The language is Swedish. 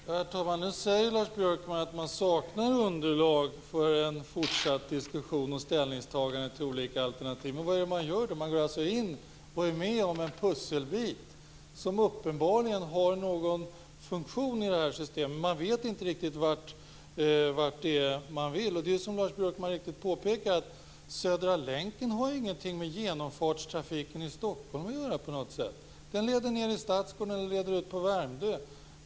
Herr talman! Nu säger Lars Björkman att man saknar underlag för en fortsatt diskussion och ett ställningstagande till olika alternativ. Men vad är det man gör? Man går alltså in och är med om en pusselbit som uppenbarligen har någon funktion i det här systemet. Man vet inte riktigt vart man vill. Som Lars Björkman så riktigt påpekar har Södra länken ingenting med genomfartstrafiken i Stockholm att göra på något sätt. Den leder ned i Stadsgården eller ut på Värmdö.